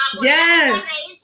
Yes